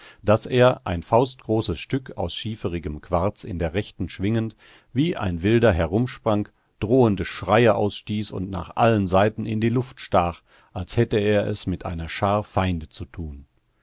daß er ein faustgroßes stück aus schieferigem quarz in der rechten schwingend wie ein wilder herumsprang drohende schreie ausstieß und nach allen seiten in die luft stach als hätte er es mit einer schar feinde zu tun